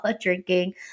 drinking